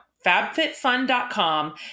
FabFitFun.com